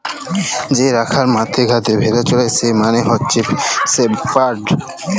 যে রাখাল মাঠে ঘাটে ভেড়া চরাই সে মালে হচ্যে শেপার্ড